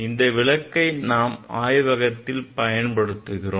இந்த விளக்கை நாம் ஆய்வகத்தில் பயன்படுத்துகிறோம்